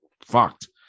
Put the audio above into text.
fucked